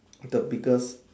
the biggest